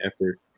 effort